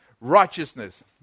righteousness